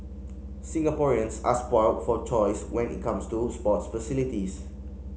Singaporeans are spoilt for choice when it comes to sports facilities